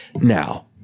Now